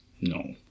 No